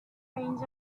reins